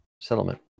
settlement